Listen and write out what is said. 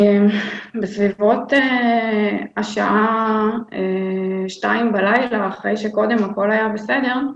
בסביבות השעה 2 בלילה, אחרי שקודם הכול היה בסדר,